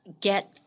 get